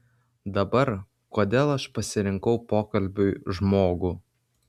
dabar kodėl aš pasirinkau pokalbiui žmogų